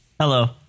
Hello